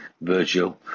Virgil